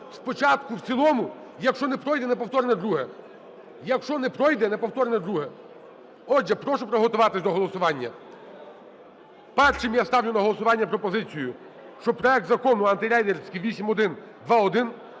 повторне друге. Якщо не пройде – на повторне друге. Отже, прошу приготуватись до голосування. Першим я ставлю на голосування пропозицію, щоб проект Закон антирейдерський 8121